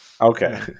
okay